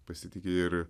pasitiki ir